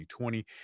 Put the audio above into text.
2020